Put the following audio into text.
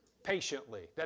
Patiently